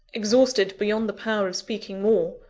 exhausted beyond the power of speaking more,